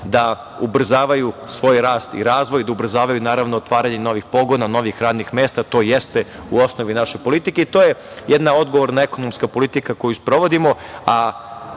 da ubrzavaju svoj rast i razvoj, da ubrzavaju, naravno, otvaranje novih pogona, novih radnih mesta. To jeste u osnovi naše politike i to je jedna odgovorna ekonomska politika koju sprovodimo,